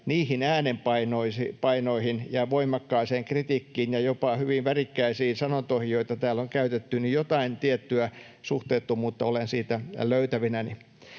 niihin äänenpainoihin ja voimakkaaseen kritiikkiin ja jopa hyvin värikkäisiin sanontoihin, joita täällä on käytetty, niin jotain tiettyä suhteettomuutta olen siitä löytävinäni.